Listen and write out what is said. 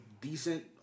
decent